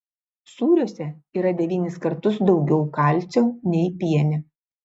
sūriuose yra devynis kartus daugiau kalcio nei piene